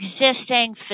existing